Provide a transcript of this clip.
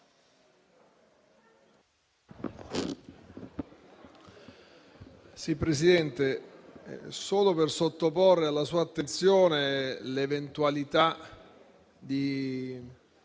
intervengo solo per sottoporre alla sua attenzione l'eventualità di